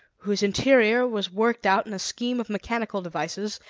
whose interior was worked out in a scheme of mechanical devices,